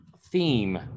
theme